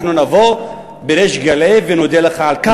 אנחנו נבוא בריש גלי ונודה לך על כך.